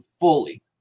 fully